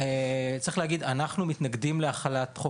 צריך להגיד: אנחנו מתנגדים להחלת חוק